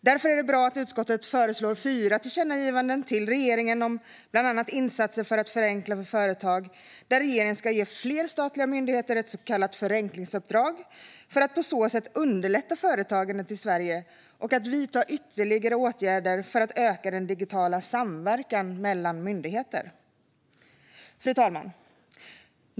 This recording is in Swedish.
Därför är det bra att utskottet föreslår fyra tillkännagivanden till regeringen om bland annat insatser för att förenkla för företag, där regeringen ska ge fler statliga myndigheter ett så kallat förenklingsuppdrag för att på så sätt underlätta företagandet i Sverige och vidta ytterligare åtgärder för att öka den digitala samverkan mellan myndigheter. Fru talman!